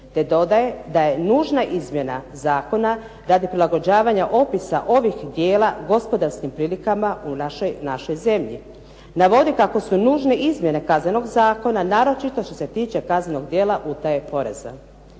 te dodaje da je nužna izmjena zakona radi prilagođavanja opisa ovih djela gospodarskim prilikama u našoj zemlji. Navodi kako su nužne izmjene Kaznenog zakona, naročito što se tiče kaznenog djela utaje poreza.